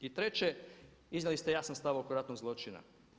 I treće, izdali ste jasan stav oko ratnog zločina.